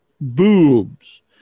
boobs